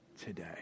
today